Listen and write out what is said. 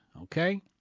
okay